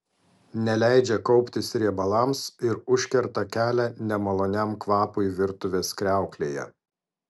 neleidžia kauptis riebalams ir užkerta kelią nemaloniam kvapui virtuvės kriauklėje